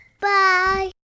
Bye